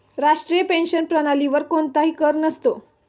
राष्ट्रीय पेन्शन प्रणालीवर कोणताही कर नसतो